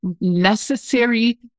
necessary